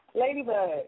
Ladybug